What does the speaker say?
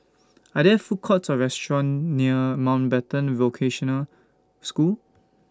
Are There Food Courts Or restaurants near Mountbatten Vocational School